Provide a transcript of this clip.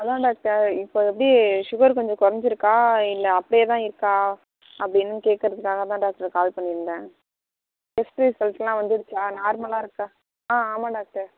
அதுதான் டாக்டர் இப்போது எப்படி சுகர் கொஞ்சம் குறைஞ்சிருக்கா இல்லை அப்படியே தான் இருக்கா அப்படின்னு கேட்கறதுக்காக தான் டாக்ட்ரு கால் பண்ணியிருந்தேன் டெஸ்ட் வந்துடுச்சா நார்மலாக இருக்கா ஆ ஆமாம் டாக்டர்